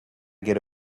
get